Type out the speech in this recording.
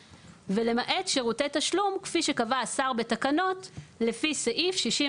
"ולמעט שירותי תשלום כפי שקבע השר בתקנות לפי סעיף 61..."